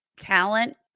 talent